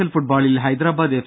L ഫുട്ബോളിൽ Hyderabad F